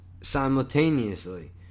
simultaneously